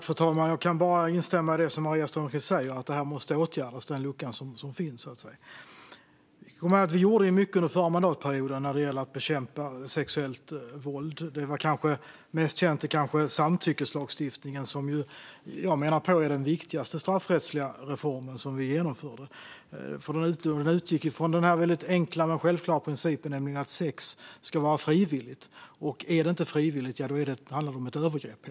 Fru talman! Jag kan bara instämma i det Maria Strömkvist säger, nämligen att denna lucka måste åtgärdas. Vi gjorde mycket under förra mandatperioden när det gäller att bekämpa sexuellt våld. Mest känt är kanske samtyckeslagstiftningen, som jag menar är den viktigaste straffrättsliga reformen som vi genomförde. Lagen utgick från den enkla men självklara principen, nämligen att sex ska vara frivilligt. Är det inte frivilligt handlar det om ett övergrepp.